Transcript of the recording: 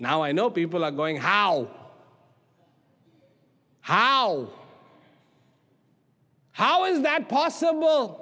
now i know people are going how how how is that possible